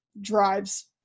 drives